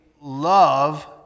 love